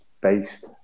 based